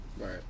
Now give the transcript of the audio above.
Right